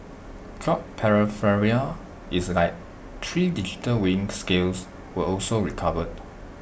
drug paraphernalia is like three digital weighing scales were also recovered